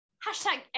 Hashtag